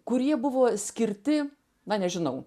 kurie buvo skirti na nežinau